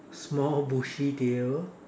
small bushy tail